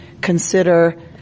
consider